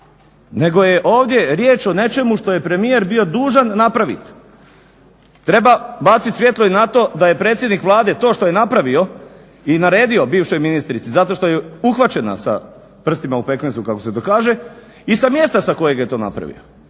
nego je ovdje riječ o nečemu što je premijer bio dužan napraviti. Treba baciti svjetlo i na to da je predsjednik Vlade to što je napravio i naredio bivšoj ministrici zato što je uhvaćena sa prstima u pekmezu kako se to kaže i sa mjesta sa kojeg je to napravio.